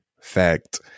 fact